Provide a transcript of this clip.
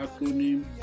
acronym